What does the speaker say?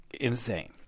insane